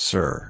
Sir